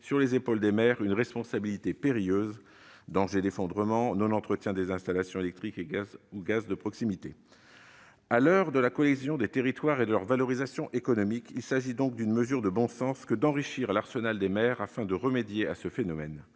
sur les épaules des maires une responsabilité périlleuse- danger d'effondrement, non-entretien des installations électriques ou de gaz, etc. À l'heure de la cohésion des territoires et de leur valorisation économique, il s'agit d'une mesure de bon sens que d'enrichir l'arsenal des maires, afin de remédier à ce phénomène.